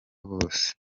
bose